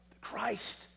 Christ